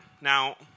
Now